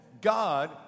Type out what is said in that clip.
God